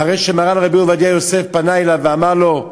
אחרי שמרן רבי עובדיה יוסף פנה אליו ואמר לו,